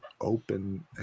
open